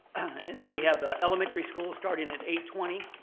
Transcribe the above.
and then we have ah elementary school starting at eight twenty,